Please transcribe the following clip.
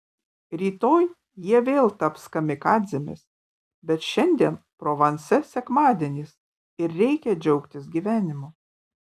rytoj jie vėl taps kamikadzėmis bet šiandien provanse sekmadienis ir reikia džiaugtis gyvenimu